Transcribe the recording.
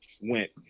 went